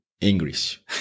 English